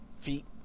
feet